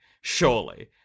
surely